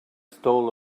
stole